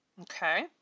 Okay